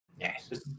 Yes